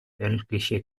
weltliche